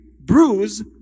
bruise